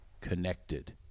connected